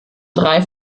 drei